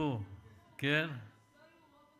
יש לכם שר חינוך